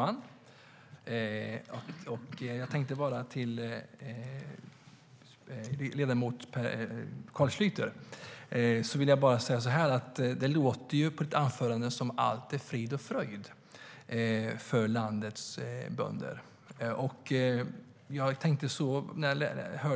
Jag tänkte när jag hörde